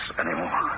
anymore